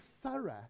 thorough